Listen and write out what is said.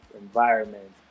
environment